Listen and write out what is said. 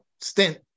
stint